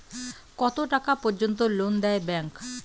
কত টাকা পর্যন্ত লোন দেয় ব্যাংক?